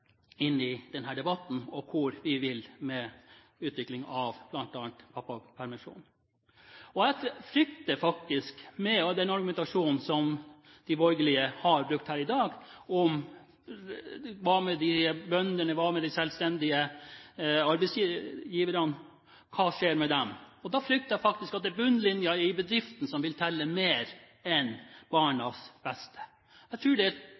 debatten, hvor vi vil med utviklingen av bl.a. pappapermisjonen. Med den argumentasjonen som de borgerlige har brukt her i dag – hva med bøndene, hva med de selvstendig næringsdrivende, hva skjer med dem – frykter jeg faktisk at bunnlinjen i bedriften vil telle mer enn barnas beste. Jeg tror det